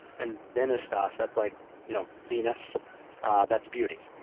and venustas, that's like you know venus that's beauty.